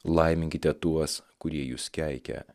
laiminkite tuos kurie jus keikia